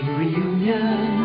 reunion